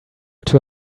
too